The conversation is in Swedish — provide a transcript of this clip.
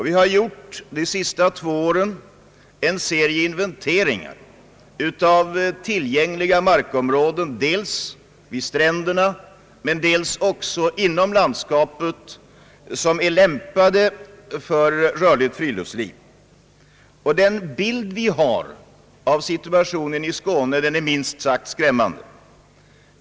Vi har under de senaste två åren företagit en serie inventeringar av tillgängliga markområden, dels vid stränderna, dels också inom landskapet, som är lämpade för rörligt friluftsliv. Den bild vi har fått av situationen i Skåne är minst sagt skrämmande.